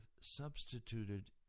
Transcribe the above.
substituted